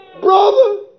Brother